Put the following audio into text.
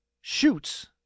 shoots